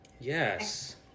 Yes